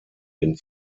den